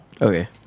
Okay